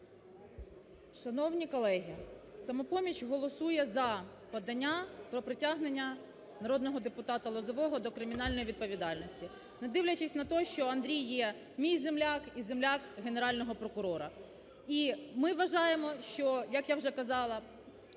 Шановні колеги, "Самопоміч" голосує за подання про притягнення народного депутата Лозового до кримінальної відповідальності, не дивлячись на те, що Андрій є мій земляк і земляк Генерального прокурора. І ми вважаємо, що, як я вже казала,